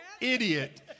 idiot